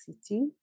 city